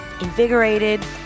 invigorated